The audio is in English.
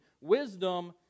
wisdom